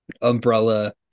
umbrella